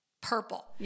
purple